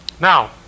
now